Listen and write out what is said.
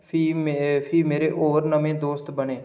फ्ही मेरे होर नमें दोस्त बने